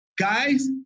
guys